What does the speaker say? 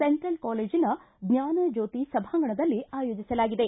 central ಕಾಲೇಜಿನ ಜ್ವಾನಜ್ಯೋತಿ ಸಭಾಂಗಣದಲ್ಲಿ ಆಯೋಜಿಸಲಾಗಿದೆ